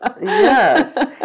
Yes